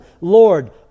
Lord